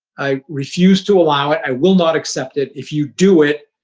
i refuse to allow it. i will not accept it. if you do it,